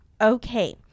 Okay